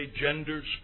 genders